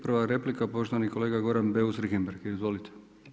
Prva replika poštovani kolega Goran Beus Richembergh, izvolite.